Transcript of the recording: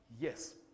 yes